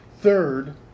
Third